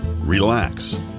relax